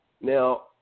Now